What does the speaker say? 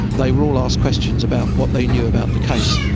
they were all asked questions about what they knew about the case,